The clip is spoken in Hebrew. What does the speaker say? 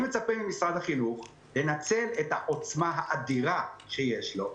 אני מצפה ממשרד החינוך לנצל את העוצמה האדירה שיש לו,